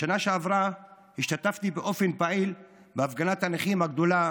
בשנה שעברה השתתפתי באופן פעיל בהפגנת הנכים הגדולה